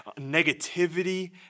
negativity